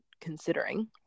considering